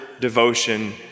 devotion